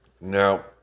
Now